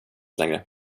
längre